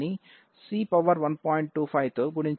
25తో గుణించాలి